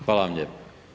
Hvala vam lijepo.